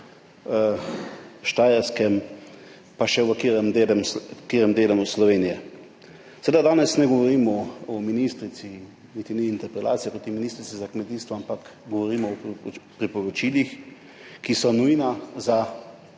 Štajerskem, pa še v katerem delu, v katerem delu Slovenije. Seveda danes ne govorimo o ministrici, niti ni interpelacija proti ministrici za kmetijstvo, ampak govorimo o priporočilih, ki so nujna za